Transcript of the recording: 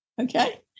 okay